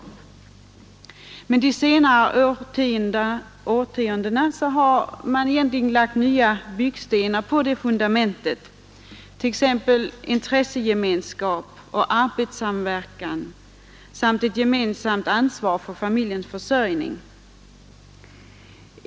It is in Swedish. Under de senare årtiondena har nya byggstenar lagts på det fundamentet, t.ex. intressegemenskap och arbetssamverkan samt ett gemensamt ansvar för familjens försörjning.